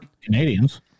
Canadians